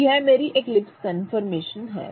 तो यह मेरी एक्लिप्स कन्फर्मेशन है